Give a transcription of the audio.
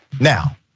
Now